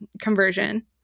conversion